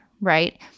right